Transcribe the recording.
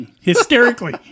hysterically